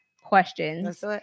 questions